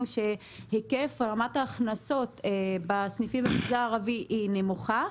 שרמת ההכנסות בסניפים במגזר הערבי היא נמוכה,